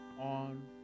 on